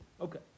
Okay